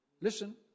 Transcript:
Listen